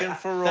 yeah for ah